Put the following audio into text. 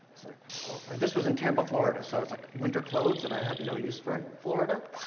this was in tampa, florida, so i was like, winter clothes that i have no use for in florida.